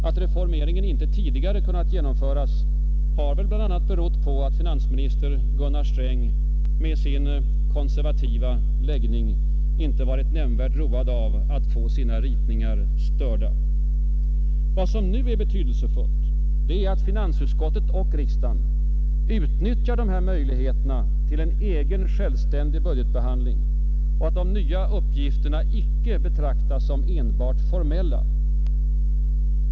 Att reformeringen inte tidigare kunnat genomföras har väl bl.a. berott på att finansminister Gunnar Sträng med sin konservativa läggning inte varit nämnvärt road av att få sina ritningar störda. Vad som nu är betydelsefullt är att finansutskottet och riksdagen utnyttjar dessa möjligheter till en egen självständig budgetbehandling och att de nya uppgifterna icke betraktas som enbart formella.